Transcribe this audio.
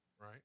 Right